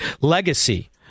legacy